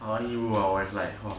funny more it's like hor